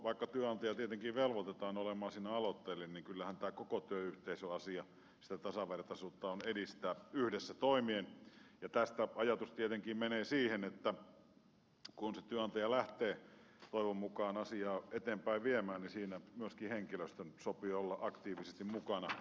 vaikka työnantaja tietenkin velvoitetaan olemaan siinä aloitteellinen kyllähän tämä koko työyhteisön asia sitä tasavertaisuutta on edistää yhdessä toimien ja tästä ajatus tietenkin menee siihen että kun se työnantaja lähtee toivon mukaan asiaa eteenpäin viemään siinä myöskin henkilöstön sopii olla aktiivisesti mukana